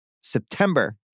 September